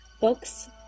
books